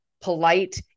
polite